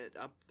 up